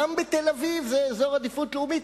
גם תל-אביב היא אזור עדיפות לאומית,